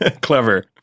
Clever